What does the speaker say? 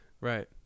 Right